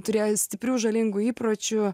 turėjo stiprių žalingų įpročių